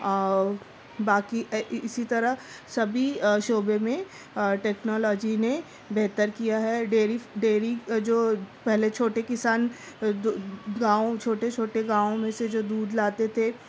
باقی اسی طرح سبھی شعبے میں ٹیکنالوجی نے بہتر کیا ہے ڈیرف ڈیری جو پہلے چھوٹے کسان گاؤں چھوٹے چھوٹے گاؤں میں سے جو دودھ لاتے تھے